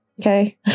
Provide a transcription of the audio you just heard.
Okay